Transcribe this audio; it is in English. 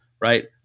right